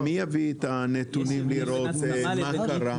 דוד, ומי יביא את הנתונים לראות מה קרה?